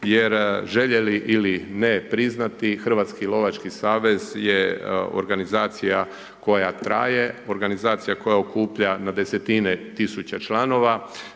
jer željeli ili ne priznati, Hrvatski lovački savez je organizacija koja traje, organizacija koja okuplja na desetine tisuća članova,